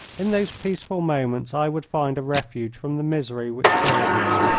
in those peaceful moments i would find refuge from the misery which filled me,